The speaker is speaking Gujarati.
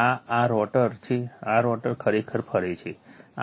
આ આ રોટર છે આ રોટર ખરેખર ફરે છે